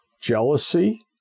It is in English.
jealousy